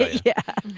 yeah,